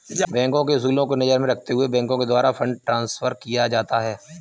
बैंकों के उसूलों को नजर में रखते हुए बैंकों के द्वारा फंड ट्रांस्फर किया जाता है